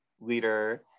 leader